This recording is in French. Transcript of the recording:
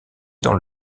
dans